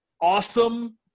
awesome